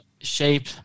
shape